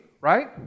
right